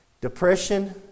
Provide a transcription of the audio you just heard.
Depression